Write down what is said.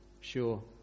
Sure